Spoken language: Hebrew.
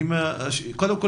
קודם כל,